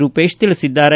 ರೂಪೇಶ್ ತಿಳಿಸಿದ್ದಾರೆ